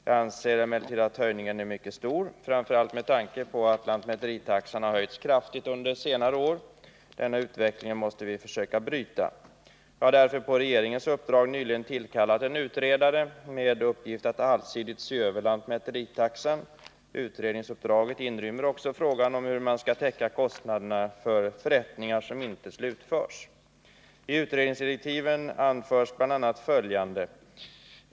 Jag anser emellertid att höjningen är mycket stor, framför allt med tanke på att lantmäteritaxan har höjts kraftigt under senare år. Denna utveckling måste vi försöka bryta. Jag har därför på regeringens uppdrag nyligen tillkallat en utredare med uppgift att allsidigt se över lantmäteritaxan. Utredningsuppdraget inrymmer också frågan om hur man skall täcka kostnaderna för förrättningar som inte slutförs. I utredningsdirektiven anförs bl.a. följande.